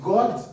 God